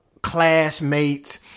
classmates